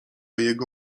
jego